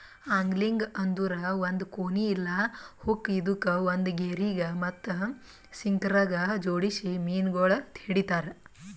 angling ಅಂದುರ್ ಒಂದ್ ಕೋನಿ ಇಲ್ಲಾ ಹುಕ್ ಇದುಕ್ ಒಂದ್ ಗೆರಿಗ್ ಮತ್ತ ಸಿಂಕರಗ್ ಜೋಡಿಸಿ ಮೀನಗೊಳ್ ಹಿಡಿತಾರ್